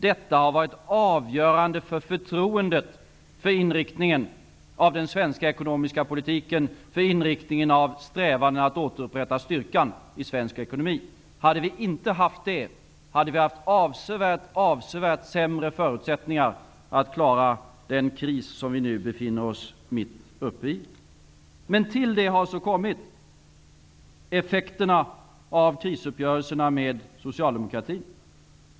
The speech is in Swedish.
Detta har varit avgörande för förtroendet till inriktningen av den svenska ekonomiska politiken och för inriktningen av strävandena att återupprätta styrkan i svensk ekonomi. Hade vi inte haft det, hade vi haft avsevärt sämre förutsättningar för att klara den kris som vi nu befinner oss mitt uppe i. Till det har kommit effekterna av krisuppgörelserna med socialdemokratin.